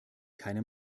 keiner